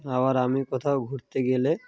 আবার আমি কোথাও ঘুরতে গেলে